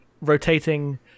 rotating